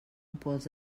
pols